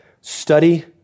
study